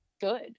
good